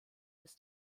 das